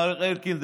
מר אלקין,